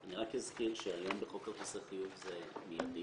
אני רק אזכיר שהיום בחוק כרטיסי חיוב זה מידי.